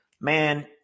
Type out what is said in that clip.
man